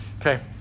Okay